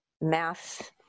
math